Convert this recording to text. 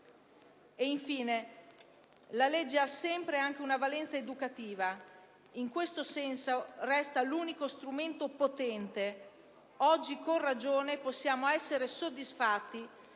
donne. La legge ha sempre anche una valenza educativa e in questo senso resta l'unico strumento potente. Oggi con ragione possiamo ritenerci soddisfatti